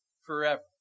forever